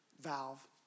valve